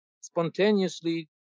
spontaneously